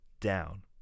down